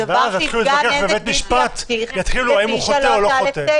ואז יתחילו להתווכח בבית משפט אם הוא חוטא הוא לא חוטא.